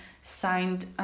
signed